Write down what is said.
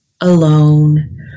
alone